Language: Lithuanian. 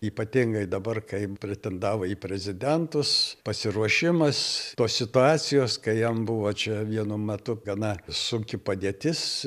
ypatingai dabar kaip pretendavo į prezidentus pasiruošimas tos situacijos kai jam buvo čia vienu metu gana sunki padėtis